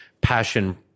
passion